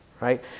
Right